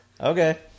Okay